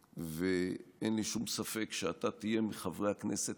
ואין לי שום ספק שאתה תהיה מחברי הכנסת